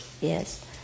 yes